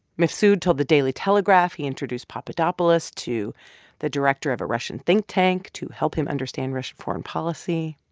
mifsud told the daily telegraph he introduced papadopoulos to the director of a russian think tank to help him understand russian foreign policy.